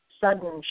sudden